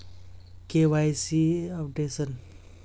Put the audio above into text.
KYC updation?